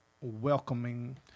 welcoming